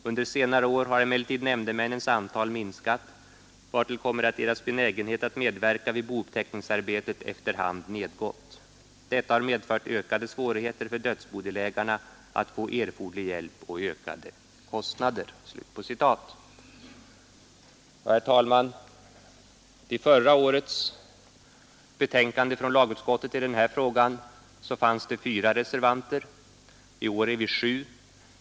Under senare år har emellertid nämndemännens antal minskat, vartill kommer att deras benägenhet att medverka vid bouppteckningsarbetet efterhand nedgått. Detta har medfört ökade svårigheter för dödsbodelägarna att få erforderlig hjälp och ökade kostnader.” Herr talman! I förra årets betänkande från lagutskottet i den här frågan fanns det fyra reservanter. I år är vi sju.